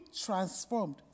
transformed